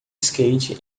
skate